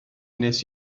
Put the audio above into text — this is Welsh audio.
wnes